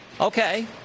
Okay